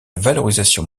valorisation